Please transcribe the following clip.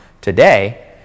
today